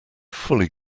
fully